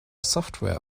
software